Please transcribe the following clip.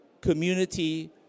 community